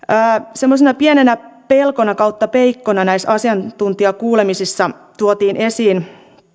semmoisena pienenä pelkona tai peikkona näissä asiantuntijakuulemisissa tuotiin esiin